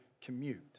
commute